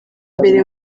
mbere